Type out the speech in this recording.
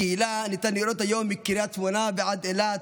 הקהילה ניתן לראות היום מקריית שמונה ועד אילת,